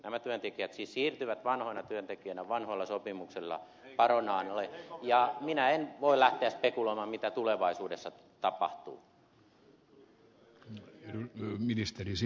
nämä työntekijät siis siirtyvät vanhoina työntekijöinä vanhoilla sopimuksilla baronalle ja minä en voi lähteä spekuloimaan mitä tulevaisuudessa tapahtuu